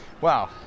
Wow